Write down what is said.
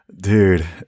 Dude